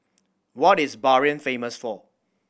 what is Bahrain famous for